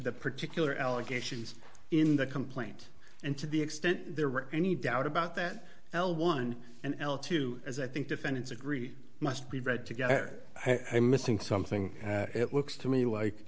the particular allegations in the complaint and to the extent there were any doubt about that l one and l two as i think defendants agree must be read together i am missing something it looks to me like